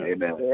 Amen